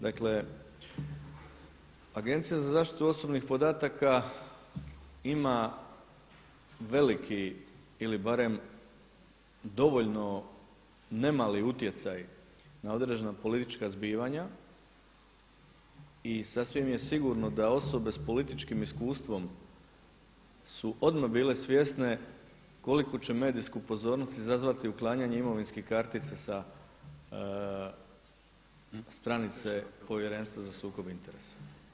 Dakle, Agencija za zaštitu osobnih podataka ima veliki ili barem dovoljno ne mali utjecaj na određena politička zbivanja i sasvim je sigurno da osobe sa političkim iskustvom su odmah bile svjesne koliku će medijsku pozornost izazvati uklanjanje imovinskih kartica sa stranice Povjerenstva za sukob interesa.